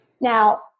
Now